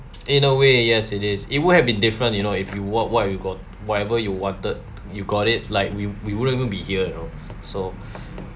in a way yes it is it would have been different you know if you want what you got whatever you wanted you got it like we we wouldn't even be here you know so